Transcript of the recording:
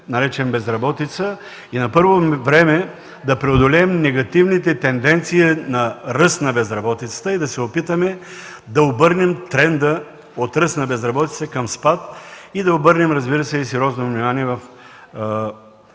наречен безработица и на първо време да преодолеем негативните тенденции на ръст на безработицата, да се опитаме да обърнем тренда от ръст на безработица към спад и да обърнем сериозно внимание на